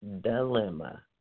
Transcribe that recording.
dilemma